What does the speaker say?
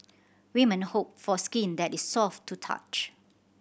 women hope for skin that is soft to the touch